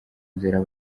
nzara